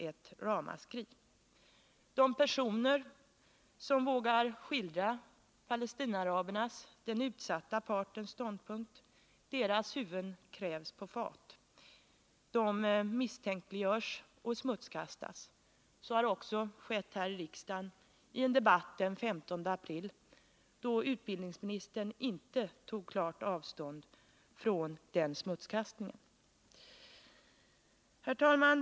Vågar några personer skildra Palestinaarabernas, den utsatta partens, ståndpunkt kräver man dessa personers huvuden på ett fat. De misstänkliggörs och smutskastas. Så skedde också här i riksdagen i en debatt den 15 april, då utbildningsministern inte tog klart avstånd från den smutskastningen. Herr talman!